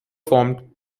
formed